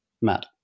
Matt